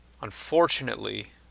unfortunately